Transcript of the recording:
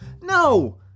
No